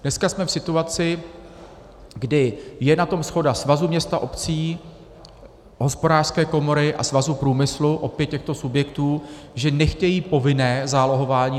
Dneska jsme v situaci, kdy je na tom shoda Svazu měst a obcí, Hospodářské komory a Svazu průmyslu, opět těchto subjektů, že nechtějí povinné zálohování.